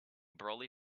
brolly